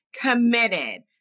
committed